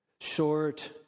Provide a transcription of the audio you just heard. Short